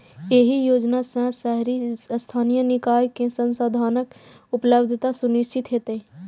एहि योजना सं शहरी स्थानीय निकाय कें संसाधनक उपलब्धता सुनिश्चित हेतै